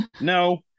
no